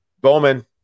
Bowman